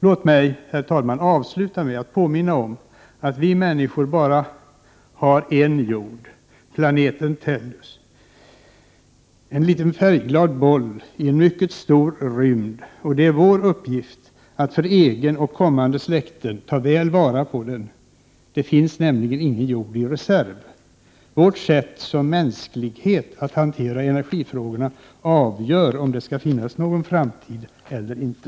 Låt mig, herr talman, avsluta med att påminna om att vi människor bara har en jord — planeten Tellus — en liten färgglad boll i en mycket stor rymd, och att det är vår uppgift att för egen del och för kommande släkten ta väl vara på den — det finns nämligen ingen jord i reserv. Vårt sätt som mänsklighet att hantera energifrågorna avgör om det skall finnas någon framtid eller inte.